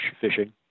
fishing